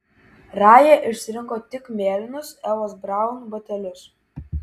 raja išsirinko tik mėlynus evos braun batelius